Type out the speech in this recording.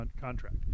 contract